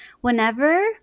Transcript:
whenever